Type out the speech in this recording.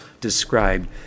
described